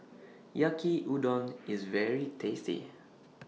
Yaki Udon IS very tasty